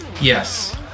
Yes